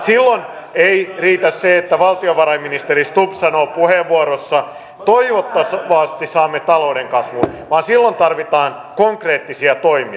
silloin ei riitä se että valtiovarainministeri stubb sanoo puheenvuorossaan toivottavasti saamme talouden kasvuun vaan silloin tarvitaan konkreettisia toimia